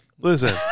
Listen